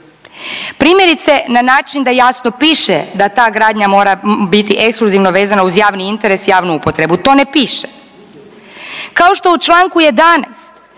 Primjerice na način da jasno piše da ta gradnja mora biti ekskluzivno vezana uz javni interes i javnu upotrebu, to ne piše. Kao što u Članku 11.